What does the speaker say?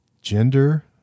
gender